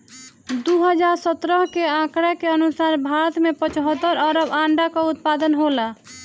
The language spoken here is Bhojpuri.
दू हज़ार सत्रह के आंकड़ा के अनुसार भारत में पचहत्तर अरब अंडा कअ उत्पादन होला